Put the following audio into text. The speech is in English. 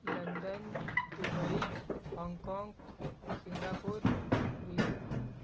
London Dubai Hong Kong Singapore Riyadh